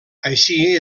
així